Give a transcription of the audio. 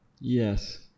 yes